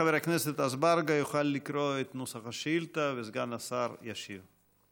חבר הכנסת אזברגה יוכל לקרוא את נוסח השאילתה וסגן השר ישיב.